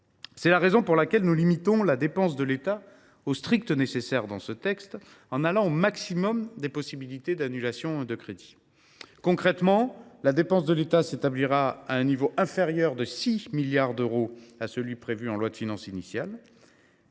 C’est la raison pour laquelle, dans ce texte, nous limitons la dépense de l’État au strict nécessaire en poussant à leur niveau maximal les possibilités d’annulation de crédits. Concrètement, la dépense de l’État s’établira à un niveau inférieur de 6 milliards d’euros à celui prévu en loi de finances initiale.